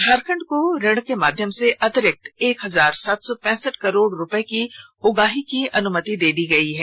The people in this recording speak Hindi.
झारखंड को ऋण के माध्यम से अतिरिक्त एक हजार सात सौ पैंसठ करोड रूपये की उगाही के लिए अनुमति दे दी गई है